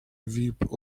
vip